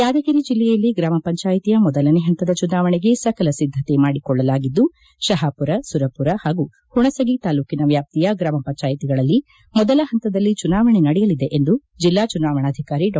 ಯಾದಗಿರಿ ಜಿಲ್ಲೆಯಲ್ಲಿ ಗ್ರಾಮ ಪಂಚಾಯಿತ್ಯ ಮೊದಲನೇ ಹಂತದ ಚುನಾವಣೆಗೆ ಸಕಲ ಸಿದ್ದತೆ ಮಾಡಿಕೊಳ್ಳಲಾಗಿದ್ದು ಶಹಾಪುರ ಸುರಪುರ ಹಾಗೂ ಹುಣಸಗಿ ತಾಲ್ಲೂಕಿನ ವ್ಣಾಪ್ತಿಯ ಗ್ರಾಮ ಪಂಚಾಯಿತ್ಗಳಲ್ಲಿ ಮೊದಲ ಹಂತದಲ್ಲಿ ಚುನಾವಣೆ ನಡೆಯಲಿದೆ ಎಂದು ಜಿಲ್ಲಾ ಚುನಾವಣಾಧಿಕಾರಿ ಡಾ